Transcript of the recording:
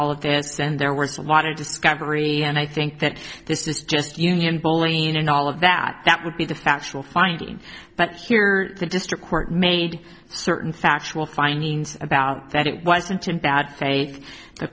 ll of this and there were some want to discovery and i think that this is just union bullying and all of that that would be the factual finding but here the district court made certain factual findings about that it wasn't in bad faith the